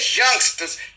youngsters